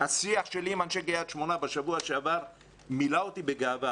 השיח שלי עם אנשי קריית שמונה בשבוע שעבר מילא אותי בגאווה.